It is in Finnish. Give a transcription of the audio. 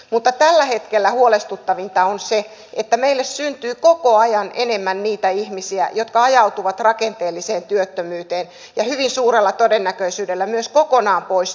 mutta tällä hetkellä huolestuttavinta on se että meillä syntyy koko ajan enemmän niitä ihmisiä jotka ajautuvat rakenteelliseen työttömyyteen ja hyvin suurella todennäköisyydellä myös kokonaan pois työmarkkinoilta